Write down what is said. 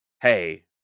hey